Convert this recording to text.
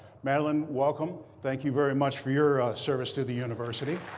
madeline, welcome. thank you very much for your service to the university.